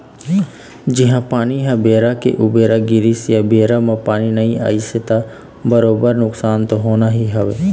जिहाँ पानी ह बेरा के उबेरा गिरिस या बेरा म पानी नइ आइस त बरोबर नुकसान तो होना ही हवय